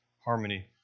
harmony